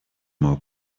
more